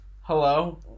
Hello